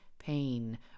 Pain